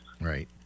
Right